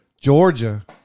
Georgia